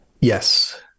yes